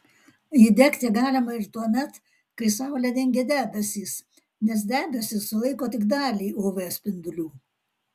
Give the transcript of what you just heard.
įdegti galima ir tuomet kai saulę dengia debesys nes debesys sulaiko tik dalį uv spindulių